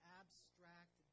abstract